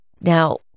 Now